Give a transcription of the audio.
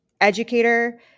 educator